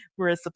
Marissa